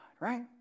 right